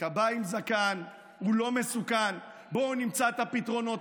כבאי עם זקן הוא לא מסוכן, בואו נמצא את הפתרונות.